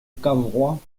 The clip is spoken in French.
cavrois